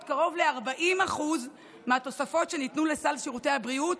קרוב ל-40% מהתוספות שניתנו לסל שירותי הבריאות